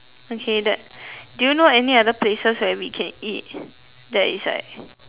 okay that do you know any other places where we can eat that is like